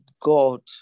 God